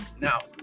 Now